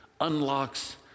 unlocks